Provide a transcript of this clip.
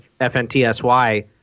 FNTSY